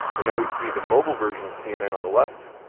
and now, we see the mobile version of cnn on the left.